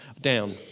down